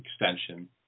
extension